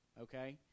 okay